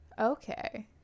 Okay